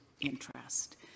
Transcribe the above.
interest